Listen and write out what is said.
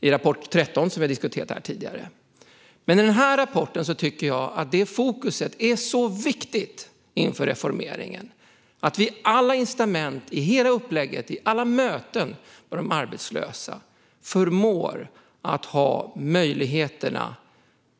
I rapport 13, som vi har diskuterat här tidigare, framhåller man att man vill skärpa det ytterligare. I den här rapporten tycker jag att det viktiga är att vi i hela upplägget och i alla möten med de arbetslösa förmår att ha möjligheterna